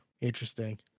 Interesting